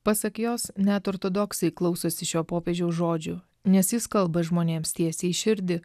pasak jos net ortodoksai klausosi šio popiežiaus žodžių nes jis kalba žmonėms tiesiai į širdį